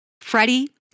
Freddie